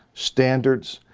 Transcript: standards,